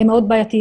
היא מאוד בעייתית.